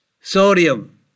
sodium